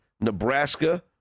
Nebraska